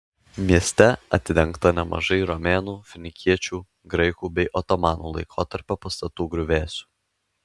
mieste atidengta nemažai romėnų finikiečių graikų bei otomanų laikotarpio pastatų griuvėsių